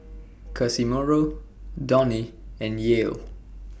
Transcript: Casimiro Donny and Yael